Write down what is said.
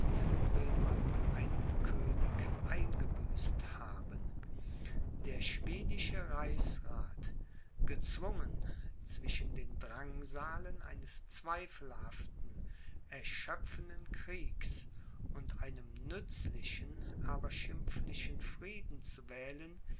will man einen könig eingebüßt haben der schwedische reichsrath gezwungen zwischen den drangsalen eines zweifelhaften erschöpfenden kriegs und einem nützlichen aber schimpflichen frieden zu wählen